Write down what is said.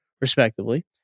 respectively